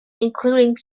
including